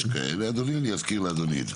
יש כאלה, אני אזכיר לאדוני.